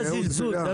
זה הזלזול.